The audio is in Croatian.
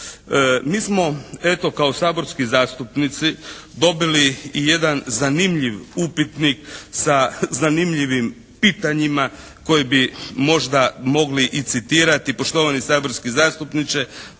Mi smo eto kao saborski zastupnici dobili i jedan zanimljiv upitnik sa zanimljivim pitanjima koji bi možda mogli i citirati: "Poštovani saborski zastupniče,